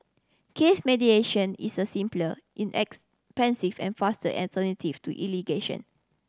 case mediation is a simpler inexpensive and faster alternative to litigation